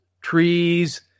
trees